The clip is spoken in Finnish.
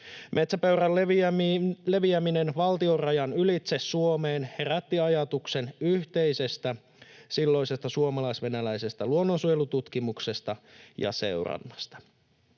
Metsäpeuran leviäminen valtion rajan ylitse Suomeen herätti ajatuksen silloisesta yhteisestä suomalais-venäläisestä luonnonsuojelututkimuksesta ja ‑seurannasta.